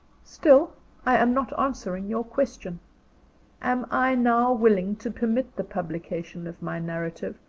still i am not answering your question am i now willing to permit the publication of my narrative,